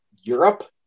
europe